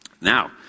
Now